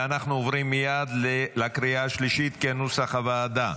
ואנחנו עוברים מייד לקריאה השלישית, כנוסח הוועדה.